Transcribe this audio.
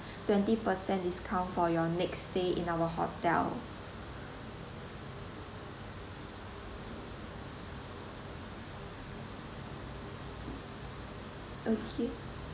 twenty per cent discount for your next stay in our hotel okay